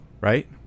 right